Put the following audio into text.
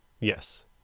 Yes